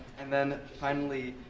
and then finally,